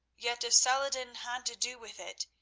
yet if saladin had to do with it,